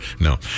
No